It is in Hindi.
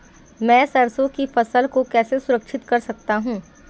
मैं सरसों की फसल को कैसे संरक्षित कर सकता हूँ?